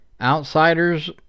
Outsiders